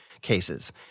cases